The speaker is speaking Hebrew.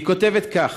והיא כותבת כך: